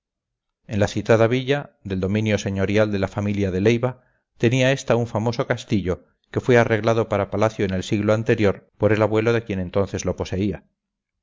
en la citada villa del dominio señorial de la familia de leiva tenía esta un famoso castillo que fue arreglado para palacio en el siglo anterior por el abuelo de quien entonces lo poseía